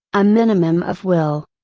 a minimum of will.